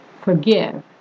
forgive